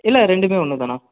இல்லை ரெண்டுமே ஒன்று தாண்ணா